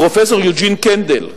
פרופסור יוג'ין קנדל,